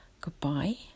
goodbye